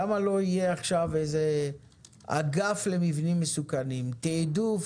למה שלא יהיה עכשיו אגף למבנים מסוכנים, תעדוף